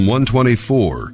124